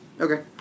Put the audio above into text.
Okay